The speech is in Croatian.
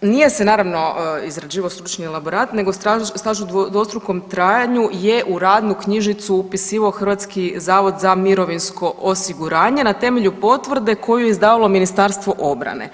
nije se naravno izrađivao stručni elaborat, nego staž u dvostrukom trajanju je u radnu knjižicu upisivao Hrvatski zavod za mirovinsko osiguranje na temelju potvrde koju je izdavalo Ministarstvo obrane.